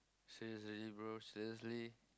so is legit bro seriously